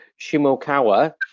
shimokawa